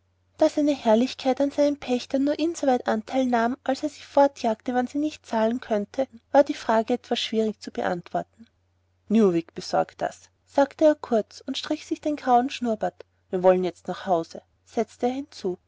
seine herrlichkeit an seinen pächtern nur insoweit anteil nahm daß er sie fortjagte wenn sie nicht zahlen konnten war die frage etwas schwierig zu beantworten newick besorgt das sagte er kurz und strich sich den grauen schnurrbart wir wollen jetzt nach hause setzte er hinzu